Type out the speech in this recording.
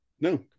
no